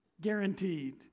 Guaranteed